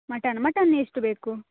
mutton mutton ಎಷ್ಟು ಬೇಕು